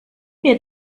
wir